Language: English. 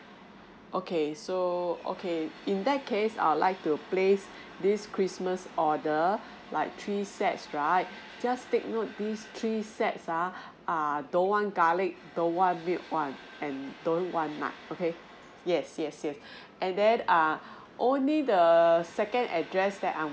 okay so okay in that case I would like to place this christmas order like three sets right just take note these three sets uh uh don't want garlic don't want milk one and don't want nut okay yes yes yes and then uh only the second address that I'm